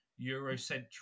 Eurocentric